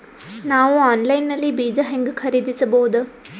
ನಾವು ಆನ್ಲೈನ್ ನಲ್ಲಿ ಬೀಜ ಹೆಂಗ ಖರೀದಿಸಬೋದ?